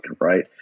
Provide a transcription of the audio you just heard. Right